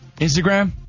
Instagram